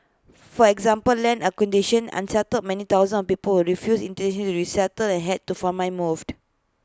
for example land acquisition unsettled many thousands of people who refused initially to resettle and had to far my moved